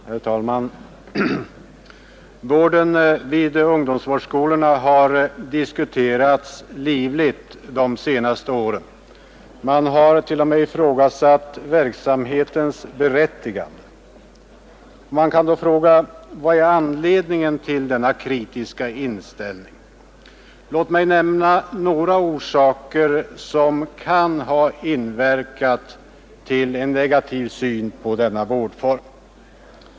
Herr talman! Vården vid ungdomsvårdsskolorna har diskuterats livligt de senaste åren. Man har t.o.m. ifrågasatt verksamhetens berättigande. Vad är då anledningen till denna kritiska inställning? Låt mig nämna några orsaker som kan ha medverkat till en negativ syn på denna vårdform.